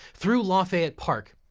through lafayette park,